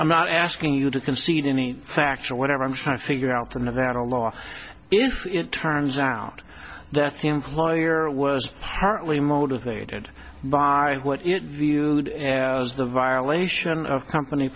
i'm not asking you to concede any factual whatever i'm trying to figure out from nevada law if it turns out that the employer was partly motivated by what it really as the violation of company